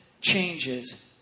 changes